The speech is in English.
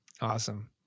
Awesome